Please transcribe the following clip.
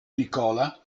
nicola